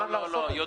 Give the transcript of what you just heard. אדוני,